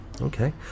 Okay